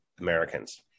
Americans